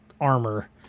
armor